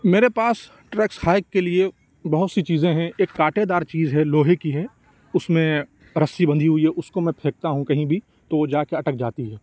میرے پاس treks hike کے لیے بہت سی چیزیں ہیں ایک کانٹے دار چیز ہے لوہے کی ہے اس میں رسی بندھی ہوئی ہے اس کو میں پھینکتا ہوں کہیں بھی تو وہ جا کے اٹک جاتی ہے